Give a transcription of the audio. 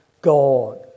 God